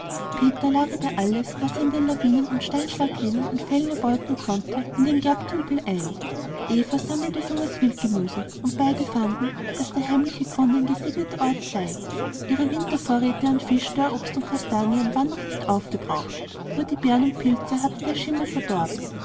peter lagerte alles was er an den lawinen und steinschlaglehnen an fellen erbeuten konnte in den gerbtümpel ein eva sammelte junges wildgemüse und beide fanden daß der heimliche grund ein gesegneter ort sei ihre wintervorräte an fisch dörrobst und kastanien waren noch nicht aufgebraucht nur die beeren und pilze hatte der schimmel verdorben